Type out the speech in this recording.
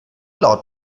laut